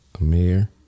Amir